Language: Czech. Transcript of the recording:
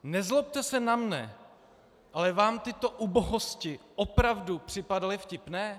Nezlobte se na mne, ale vám tyto ubohosti opravdu připadaly vtipné?